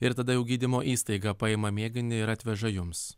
ir tada jau gydymo įstaiga paima mėginį ir atveža jums